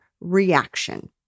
reaction